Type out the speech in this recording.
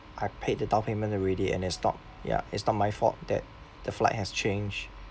I paid the down payment already and it's not ya it's not my fault that the flight has changed